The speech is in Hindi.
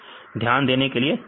ध्यान देने के लिए शुक्रिया